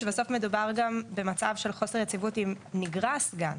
בסופו של דבר מדובר על חוסר יציבות נגרס גם.